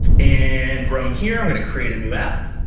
and we're um here, i'm going to create a new app.